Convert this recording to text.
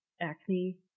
acne